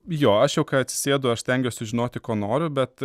jo aš jau kai atsisėdu aš stengiuosi žinoti ko noriu bet